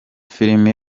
film